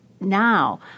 now